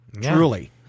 Truly